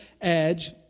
edge